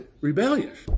Rebellious